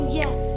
yes